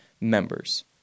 members